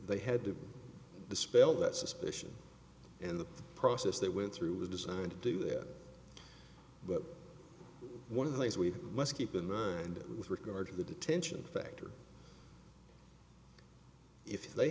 they had to dispel that suspicion and the process they went through was designed to do that but one of the things we must keep in mind with regard to the detention factor if they